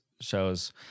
shows